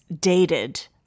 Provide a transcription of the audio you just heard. dated